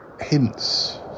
hints